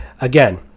Again